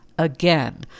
Again